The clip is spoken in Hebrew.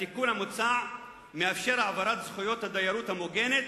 התיקון המוצע מאפשר את העברת זכויות הדיירות המוגנת